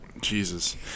Jesus